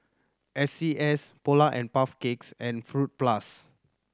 S C S Polar and Puff Cakes and Fruit Plus